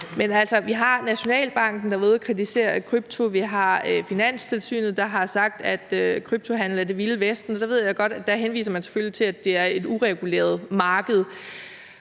vi har Nationalbanken, der har været ude at kritisere krypto, vi har Finanstilsynet, der har sagt, at kryptohandel er det vilde vesten, og der ved jeg selvfølgelig godt, at man henviser til, at det er et ureguleret marked,